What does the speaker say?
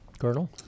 Colonel